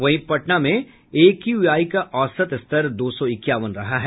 वहीं पटना का एक्यूआई का औसत स्तर दो सौ इक्यावन रहा है